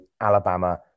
Alabama